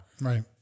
Right